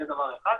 זה דבר אחד,